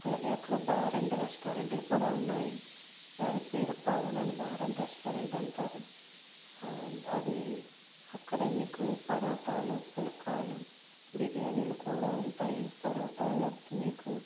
అలాగే అక్కడ bar and రెస్టారెంట్లు కూడా ఉన్నాయి దాని పేరు Pavan and bar and restaurant అంటారు అది అక్కడే మీకు పరోటాలు పుల్కాలు బిర్యానీలు కూడా ఉంటాయి పరోటాలు మీకు